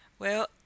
Well